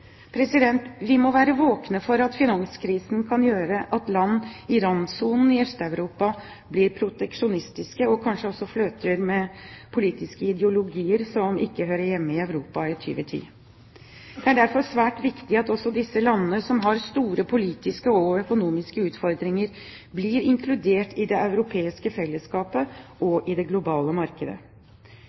Vi må være våkne for at finanskrisen kan gjøre at land i randsonen i Øst-Europa blir proteksjonistiske og kanskje også flørter med politiske ideologier som ikke hører hjemme i Europa i 2010. Det er derfor svært viktig at også disse landene som har store politiske og økonomiske utfordringer, blir inkludert i det europeiske fellesskapet og i det globale markedet.